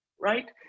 right